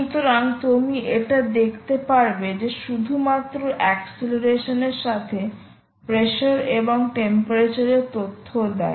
সুতরাং তুমি এটা দেখতে পারবে যে শুধুমাত্র এক্সিলারেশন এর সাথে প্রেসার এবং টেম্পারেচার এর তথ্যও দেয়